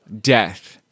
death